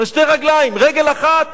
רגל אחת